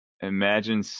imagine